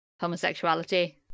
homosexuality